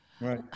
Right